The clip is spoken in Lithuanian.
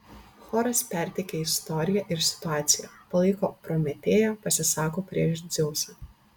choras perteikia istoriją ir situaciją palaiko prometėją pasisako prieš dzeusą